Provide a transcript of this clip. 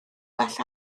well